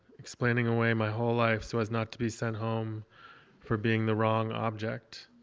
explaining away my whole life so as not to be sent home for being the wrong object.